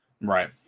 Right